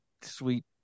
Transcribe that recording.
sweet